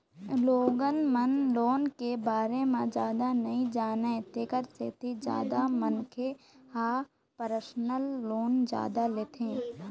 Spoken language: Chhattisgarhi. लोगन मन लोन के बारे म जादा नइ जानय तेखर सेती जादा मनखे ह परसनल लोन जादा लेथे